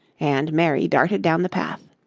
and mary darted down the path.